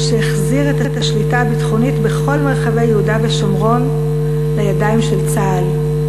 שהחזיר את השליטה הביטחונית בכל מרחבי יהודה ושומרון לידיים של צה"ל.